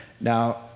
Now